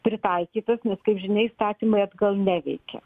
pritaikytas nes kaip žinia įstatymai atgal neveikia